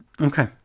Okay